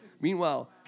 Meanwhile